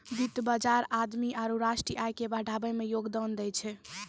वित्त बजार आदमी आरु राष्ट्रीय आय के बढ़ाबै मे योगदान दै छै